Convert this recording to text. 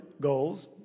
goals